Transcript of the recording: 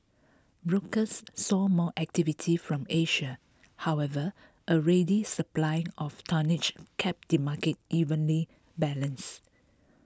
brokers saw more activity from Asia however a ready supply of tonnage kept the market evenly balanced